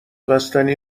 بستنی